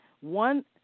one